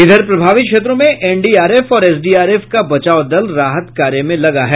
इधर प्रभावित क्षेत्रों में एनडीआरएफ और एसडीआरएफ का बचाव दल राहत कार्य में लगा है